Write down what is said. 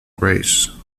grace